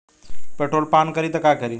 Petrol पान करी त का करी?